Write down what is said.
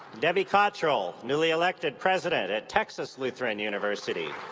debbie cottrell, newly elected president at texas lutheran university.